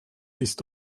ist